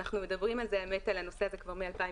אנחנו מדברים על הנושא הזה כבר מ-2016.